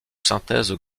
synthèses